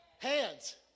Hands